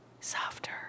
softer